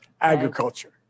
agriculture